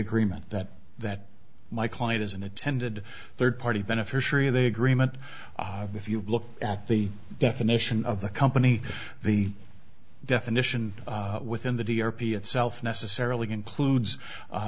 agreement that that my client is an attended third party beneficiary of the agreement if you look at the definition of the company the definition within the d r p itself necessarily concludes a